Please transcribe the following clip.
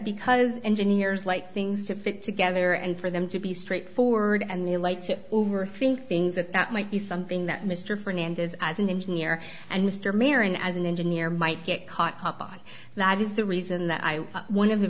because engineers like things to fit together and for them to be straightforward and they like to overthink things that that might be something that mr fernandez as an engineer and mr mayor and as an engineer might get caught up on that is the reason that i one of the